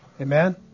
Amen